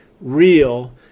real